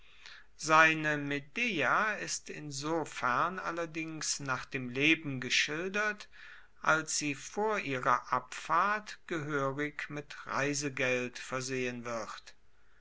seine medeia ist insofern allerdings nach dem leben geschildert als sie vor ihrer abfahrt gehoerig mit reisegeld versehen wird